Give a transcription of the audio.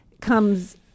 comes